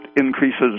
increases